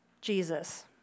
Jesus